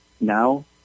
Now